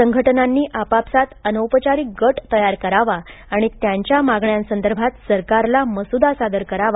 संघटनांना आपापसात अनौपचारिक गट तयार करावा आणि त्यांच्या मागण्यांसंदर्भात सरकारला मसुदा सादर करावा